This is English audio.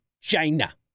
China